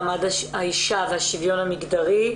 אני מודה ליושב-ראש הוועדה לקידום מעמד האישה והשוויון המגדרי,